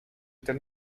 ten